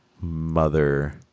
mother